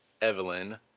Evelyn